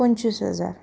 पंचवीस हजार